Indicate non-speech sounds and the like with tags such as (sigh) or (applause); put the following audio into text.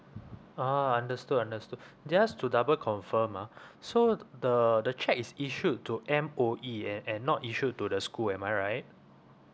oh understood understood just to double confirm ah (breath) so t~ the the cheque is issued to M_O_E and and not issued to the school am I right